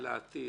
ולעתיד